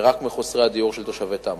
ורק מחוסרי הדיור מתושבי תמרה.